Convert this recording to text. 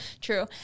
true